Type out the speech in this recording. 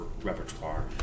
repertoire